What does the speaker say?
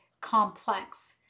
complex